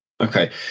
Okay